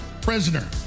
prisoner